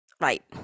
Right